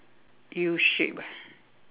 U shape ah